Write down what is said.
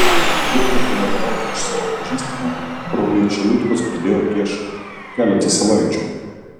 turtą prievartauti iš savo pažįstamo broliai čeilutkos pradėjo prieš keletą savaičių